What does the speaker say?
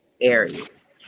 areas